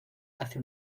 hace